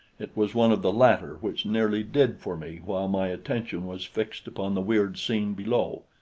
it was one of the latter which nearly did for me while my attention was fixed upon the weird scene below.